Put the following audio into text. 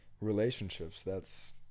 relationships—that's